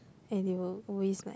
and they will always like